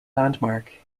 landmark